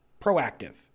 proactive